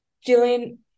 Gillian